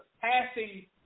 passing